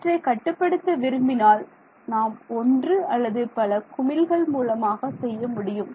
இவற்றை கட்டுப்படுத்த விரும்பினால் நாம் ஒன்று அல்லது பல குமிழ்கள் மூலமாக செய்ய முடியும்